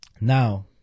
Now